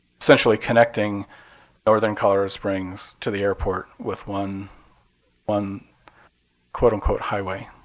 essentially connecting northern colorado springs to the airport with one one quote unquote, highway,